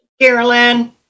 Carolyn